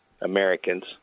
Americans